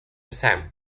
sam